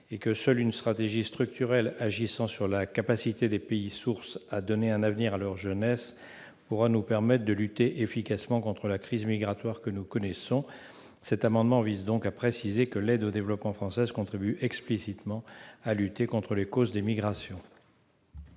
et que seule une stratégie structurelle, agissant sur la capacité des pays sources à donner un avenir à leur jeunesse, pourra nous permettre de lutter efficacement contre la crise migratoire que nous connaissons. Cet amendement vise donc à préciser explicitement que l'aide au développement française contribue à lutter contre les causes des migrations.